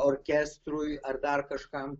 orkestrui ar dar kažkam